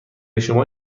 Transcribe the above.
شما